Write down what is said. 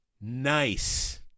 Nice